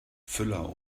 füller